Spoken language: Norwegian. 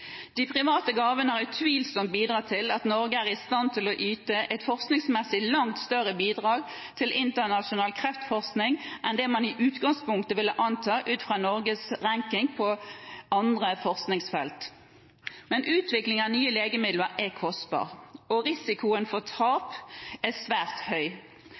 De private gavene har utvilsomt bidratt til at Norge er i stand til å yte et forskningsmessig langt større bidrag til internasjonal kreftforskning enn det man i utgangspunktet ville anta ut fra Norges ranking på andre forskingsfelt. Utviklingen av nye legemidler er kostbart, og risikoen for tap er svært høy.